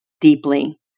deeply